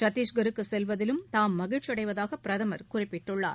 சத்தீஷ்கருக்கு செல்வதிலும் தாம் மகிழ்ச்சியடைவதாக பிரதமர் குறிப்பிட்டுள்ளார்